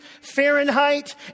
Fahrenheit